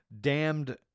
Damned